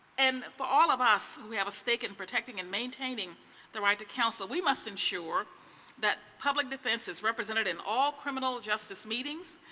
and for all of us, we have a stake in protecting and maintaining our right to counsel. we must ensure that public defense is resented in all criminal justice meetings.